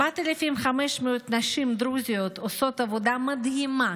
4,500 נשים דרוזיות עושות עבודה מדהימה